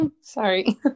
sorry